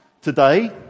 today